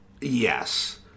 Yes